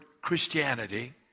Christianity